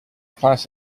class